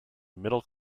middle